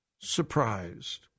surprised